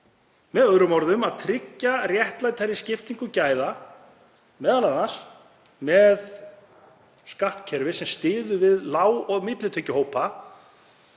með öðrum orðum að tryggja réttlátari skiptingu gæða, m.a. með skattkerfi sem styður við lág- og millitekjuhópa